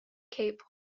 cape